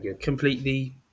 completely